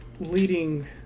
Leading